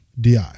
DI